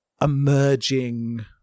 emerging